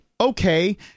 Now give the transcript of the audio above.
okay